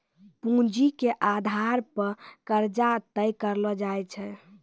पूंजी के आधार पे कर्जा तय करलो जाय छै